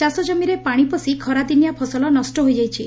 ଚାଷଜମିରେ ପାଣି ପଶି ଖରାଦିନିଆ ଫସଲ ନଷ୍ ହୋଇଯାଇଛି